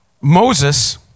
Moses